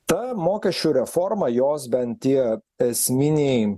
ta mokesčių reforma jos bent tie esminiai